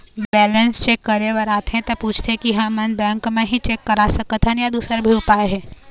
Balance check करे बर आथे ता पूछथें की हमन बैंक मा ही चेक करा सकथन या दुसर भी उपाय हे?